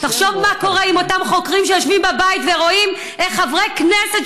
תחשוב מה קורה עם אותם חוקרים שיושבים בבית ורואים איך חברי כנסת,